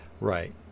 Right